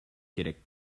керек